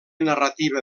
narrativa